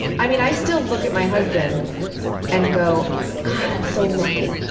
i mean i still look at my husband and go god, i'm so lucky.